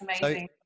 Amazing